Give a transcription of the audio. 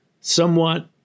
somewhat